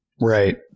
Right